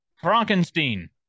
Frankenstein